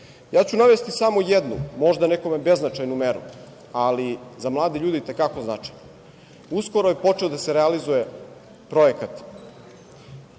ću navesti samo jednu, možda nekome beznačajnu meru, ali za mlade ljude i te kako značajno. Uskoro je počeo da se realizuje projekat